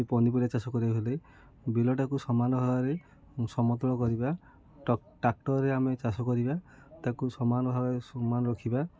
ପନିପରିବା ଚାଷ କରିବାକୁ ହେଲେ ବିଲଟାକୁ ସମାନ ଭାବରେ ସମତଳ କରିବା ଟ୍ରାକ୍ଟରରେ ଆମେ ଚାଷ କରିବା ତାକୁ ସମାନ ଭାବରେ ସମାନ ରଖିବା